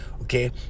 okay